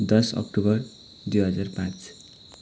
दस अक्टोबर दुई हजार पाँच